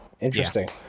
Interesting